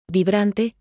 Vibrante